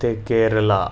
ते केरला